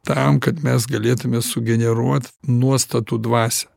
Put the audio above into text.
tam kad mes galėtume sugeneruot nuostatų dvasią